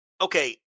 Okay